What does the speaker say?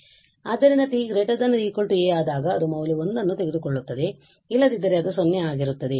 ಆದ್ದರಿಂದ t ≥ a ಆದಾಗ ಅದು ಮೌಲ್ಯ 1 ಅನ್ನು ತೆಗೆದುಕೊಳ್ಳುತ್ತದೆ ಇಲ್ಲದಿದ್ದರೆ ಅದು 0 ಆಗಿರುತ್ತದೆ